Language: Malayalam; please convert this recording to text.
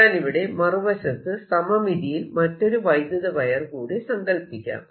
ഞാനിവിടെ മറുവശത്ത് സമമിതിയിൽ മറ്റൊരു വൈദ്യുത വയർ കൂടി സങ്കല്പിക്കാം